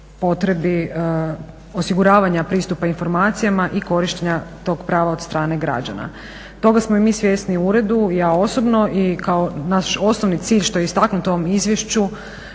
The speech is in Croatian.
potrebi osiguravanja pristupa informacijama i korištenja tog prava od strane građana. Toga smo i mi svjesni u uredu i ja osobno i naš osnovni cilj što je istaknuto u ovom izvješću